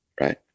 right